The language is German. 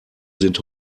sind